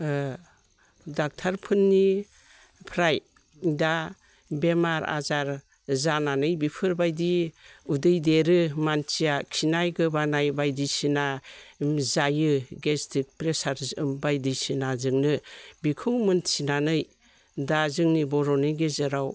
ओ ड'क्टरफोरनिफ्राय दा बेमार आजार जानानै बेफोर बायदि उदै देरो मानसिया खिनाय गोबानाय बायदिसिना जायो गेसट्रिक प्रेसार बायदिसिना जोंनो बिखौ मिथिनानै दा जोंनि बर'नि गेजेराव